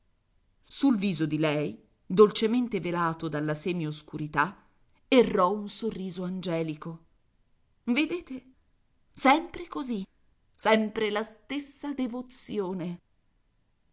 sul viso di lei dolcemente velato dalla semi oscurità errò un sorriso angelico vedete sempre così sempre la stessa devozione